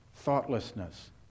thoughtlessness